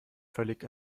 völlig